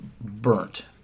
burnt